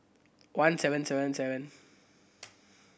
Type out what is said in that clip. one seven seven seven